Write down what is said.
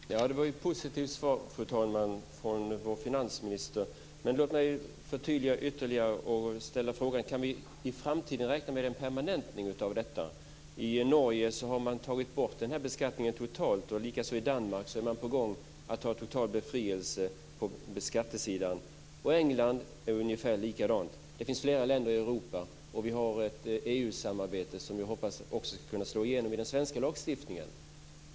Fru talman! Det var ju ett positivt svar från vår finansminister. Men låt mig förtydliga ytterligare med att ställa frågan: Kan vi i framtiden räkna med en permanentning av detta? I Norge har man tagit bort denna beskattning totalt. Likaså är man i Danmark på gång med total befrielse på skattesidan. England gör ungefär likadant. Detta finns i flera länder i Europa, och vi har ett EU-samarbete som vi hoppas ska kunna slå igenom också i den svenska lagstiftningen.